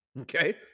Okay